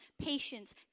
patience